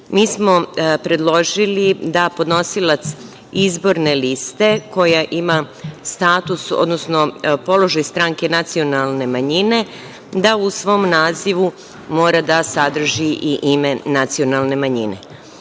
mi smo predložili da podnosilac izborne liste koja ima status, odnosno položaj stranke nacionalne manjine u svom nazivu mora da sadrži i ime nacionalne manjine. Takođe,